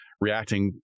Reacting